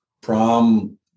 prom